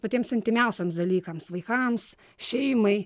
patiems intymiausiems dalykams vaikams šeimai